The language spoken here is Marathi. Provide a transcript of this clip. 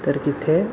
तर तिथे